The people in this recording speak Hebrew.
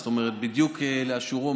זאת אומרת בדיוק לאשורו,